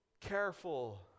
Careful